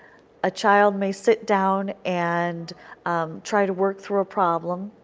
a child may sit down and um try to work through a problem,